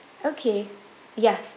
okay ya